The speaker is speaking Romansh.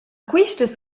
quistas